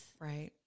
right